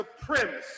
supremacist